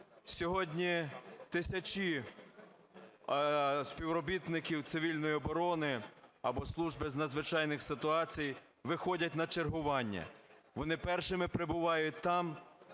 Сьогодні тисячі співробітників цивільної оборони або служби з надзвичайних ситуацій виходять на чергування. Вони першими прибувають там,